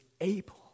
able